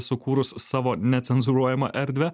sukūrus savo necenzūruojamą erdvę